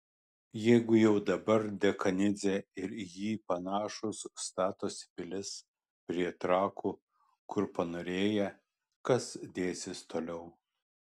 jeigu jau dabar dekanidzė ir į jį panašūs statosi pilis prie trakų kur panorėję kas dėsis toliau